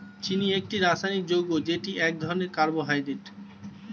চিনি একটি রাসায়নিক যৌগ যেটি এক ধরনের কার্বোহাইড্রেট